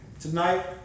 Tonight